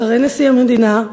אחרי נשיא המדינה,